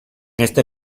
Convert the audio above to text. ese